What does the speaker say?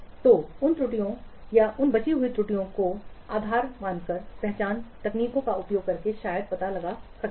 तो उन त्रुटियों उन बची हुई त्रुटियों को त्रुटि आधार पहचान तकनीकों का उपयोग करके शायद पता लगाया जा सकता है